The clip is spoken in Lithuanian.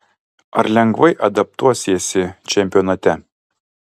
ar lengvai adaptuosiesi čempionate